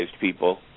people